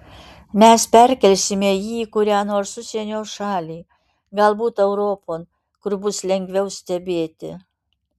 mes perkelsime jį į kurią nors užsienio šalį galbūt europon kur bus lengviau stebėti